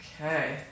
Okay